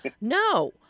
No